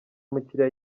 umukiriya